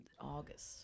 August